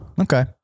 Okay